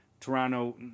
Toronto